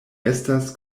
estas